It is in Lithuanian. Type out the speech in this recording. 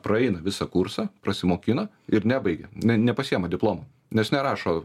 praeina visą kursą prasimokina ir nebaigia ne nepasiema diplomų nes nerašo